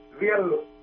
real